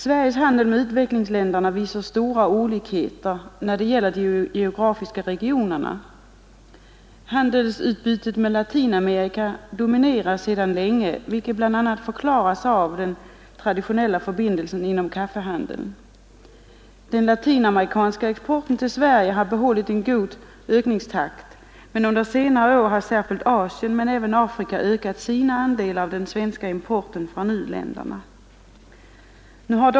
Sveriges handel med utvecklingsländerna visar stora olikheter när det gäller de geografiska regionerna. Handelsutbyttet med Latinamerika dominerar sedan länge, vilket bl.a. förklaras av de traditionella förbindelserna inom kaffehandeln. Den latinamerikanska exporten till Sverige har behållit en god ökningstakt. Under senare år har särskilt Asien men även Afrika ökat sina andelar av den svenska importen från u-länderna.